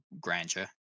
grandeur